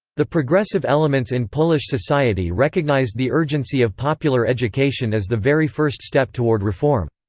the progressive elements in polish society recognized the urgency of popular education as the very first step toward reform.